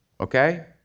okay